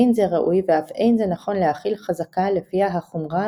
אין זה ראוי ואף אין זה נכון להחיל חזקה לפיה החומרה